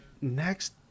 next